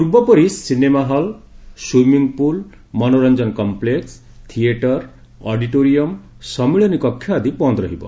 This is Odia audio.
ପୂର୍ବପରି ସିନେମାହଲ୍ ସୁଇମିଂପୁଲ୍ ମନୋରଞ୍ଚନ କମ୍ମେକ୍ସ ଅଡିଟୋରିଅମ୍ ସମ୍ମିଳନୀ କକ୍ଷ ଆଦି ବନ୍ଦ ରହିବ